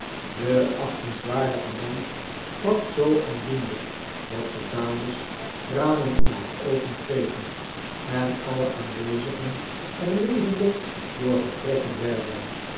de achtenswaardige man sprak zoo aandoenlijk dat de dames tranen in haar oogen kregen en alle aanwezigen er levendig door getroffen werden